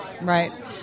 Right